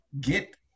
get